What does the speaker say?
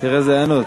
תראה איזו היענות.